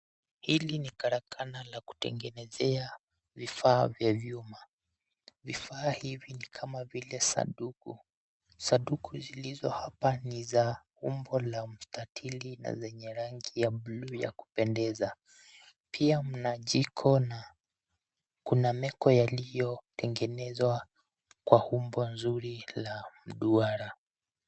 Hili ni karakana la kutengenezea vifaa vya vyuma, vifaa hivi ni kama vile sanduku, sanduku zilizo hapa ni umbo la mstatili na lenye rangi ya bluu la kupendeza pia mna jiko na meko yalio tengenezwa kwa umbo nzuri la duara.